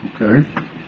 Okay